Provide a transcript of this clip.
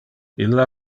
illa